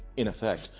in effect,